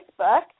Facebook